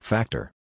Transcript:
Factor